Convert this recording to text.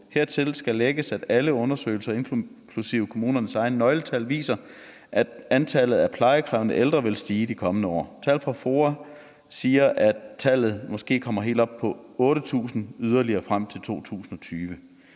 Hertil skal lægges, at alle undersøgelser inklusive kommunernes egne nøgletal viser, at antallet af plejekrævende ældre vil stige i de kommende år. Tal fra FOA siger, at tallet måske kommer helt op på 8.000 yderligere frem mod 2020.